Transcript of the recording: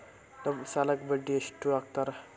ನಮ್ ಸಾಲಕ್ ಬಡ್ಡಿ ಎಷ್ಟು ಹಾಕ್ತಾರ?